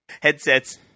headsets